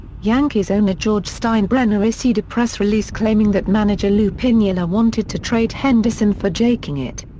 yankees owner george steinbrenner issued a press release claiming that manager lou piniella wanted to trade henderson for jaking it.